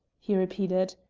he repeated.